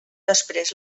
després